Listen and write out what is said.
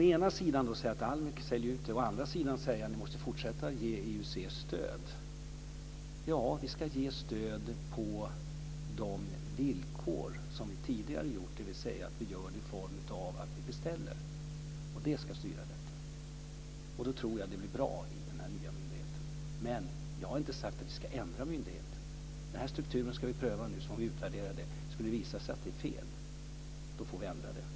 Men sedan säger man att vi ska fortsätta att ge IUC stöd. Ja, vi ska ge stöd på de villkor som vi tidigare har gjort, dvs. i form av beställningar. Då blir det bra i den nya myndigheten. Jag har inte sagt att vi ska ändra myndigheten. Vi ska pröva den strukturen nu. Sedan ska vi utvärdera den. Om det visar sig att den är fel, får vi ändra den.